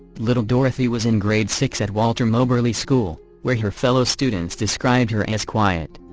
little dorothy was in grade six at walter moberly school, where her fellow students described her as quiet.